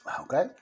Okay